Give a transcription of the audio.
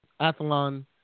Athlon